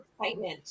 excitement